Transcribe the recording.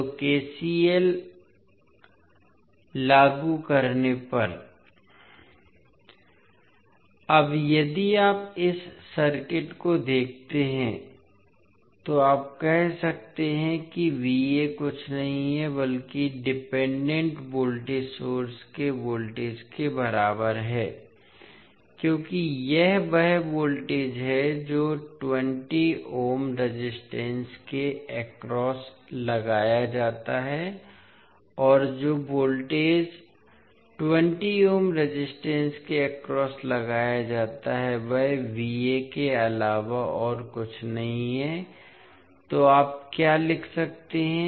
तो केसीएल लागू करने पर अब यदि आप इस सर्किट को देखते हैं तो आप कह सकते हैं कि कुछ नहीं है बल्कि डिपेंडेंट वोल्टेज सोर्स के वोल्टेज के बराबर है क्योंकि यह वह वोल्टेज है जो 20 ओम रेजिस्टेंस के अक्रॉस लगाया जाता है और जो वोल्टेज 20 ओम रेजिस्टेंस के अक्रॉस लगाया जाता है वह के अलावा और कुछ नहीं है तो आप क्या लिख सकते हैं